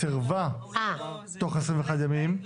לא,